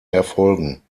erfolgen